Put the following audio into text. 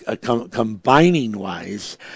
combining-wise